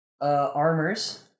armors